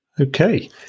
Okay